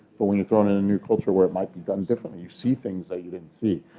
but when you're thrown in a new culture where it might be done differently, you see things that you didn't see.